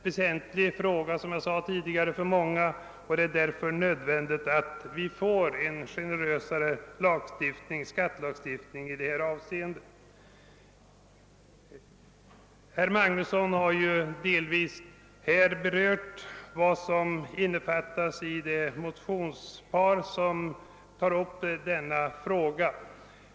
Detta är en väsentlig fråga för många, och det är därför nödvändigt att vi får en generösare skattelagstiftning i berört avseende. Herr Magnusson har redan delvis berört vad som innefattas i det motionspar som tar upp denna fråga.